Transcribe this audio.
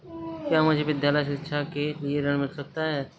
क्या मुझे विद्यालय शिक्षा के लिए ऋण मिल सकता है?